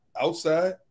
outside